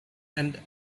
and